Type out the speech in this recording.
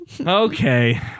okay